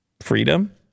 freedom